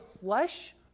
flesh